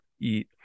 eat